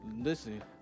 Listen